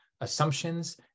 assumptions